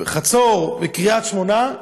חצור וקריית שמונה,